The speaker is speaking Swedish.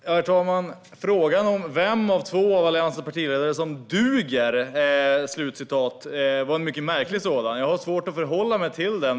Herr talman! Frågan om vem av två av Alliansens partiledare som duger var en mycket märklig sådan. Jag har svårt att förhålla mig till den.